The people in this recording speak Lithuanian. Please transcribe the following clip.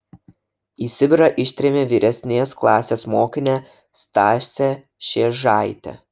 į sibirą ištrėmė vyresnės klasės mokinę stasę šėžaitę